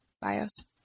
bios